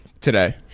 today